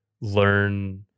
learn